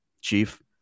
Chief